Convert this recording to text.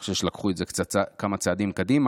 אני חושב שלקחו את זה קצת כמה צעדים קדימה.